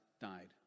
died